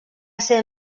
ser